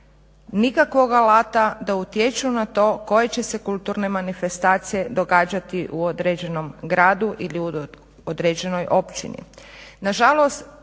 nikakvog alata da utječu na to koje će se kulturne manifestacije događati u određenom gradu ili u određenoj općini.